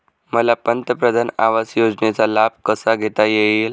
मला पंतप्रधान आवास योजनेचा लाभ कसा घेता येईल?